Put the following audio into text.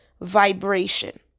vibration